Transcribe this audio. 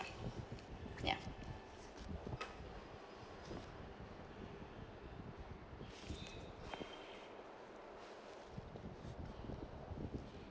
ya